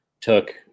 took